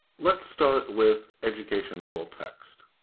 let's start with education full text